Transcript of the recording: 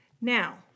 Now